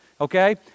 Okay